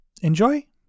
enjoy